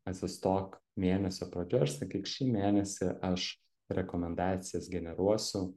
atsistok mėnesio pradžioj ir sakyk šį mėnesį aš rekomendacijas generuosiu